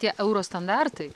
tie euro standartai